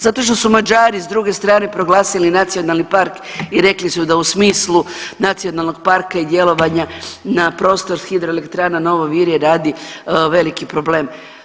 Zato što su Mađari s druge strane proglasili nacionalni park i rekli su da u smislu nacionalnog parka i djelovanja na prostor HE Novo Virje radi veliki problem.